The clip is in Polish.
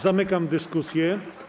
Zamykam dyskusję.